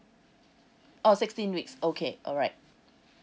oh sixteen weeks okay alright